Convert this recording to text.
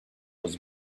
was